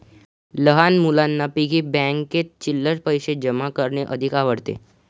लहान मुलांना पिग्गी बँकेत चिल्लर पैशे जमा करणे अधिक आवडते